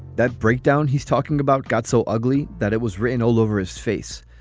that breakdown he's talking about got so ugly that it was written all over his face,